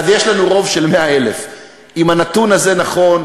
אז יש לנו רוב של 100,000. אם הנתון הזה נכון,